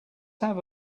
have